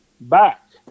back